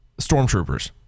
stormtroopers